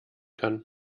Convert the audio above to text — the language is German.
kann